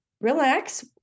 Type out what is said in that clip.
relax